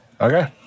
Okay